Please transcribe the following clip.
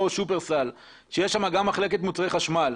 "שופרסל" שיש שם גם מחלקת מוצרי חשמל,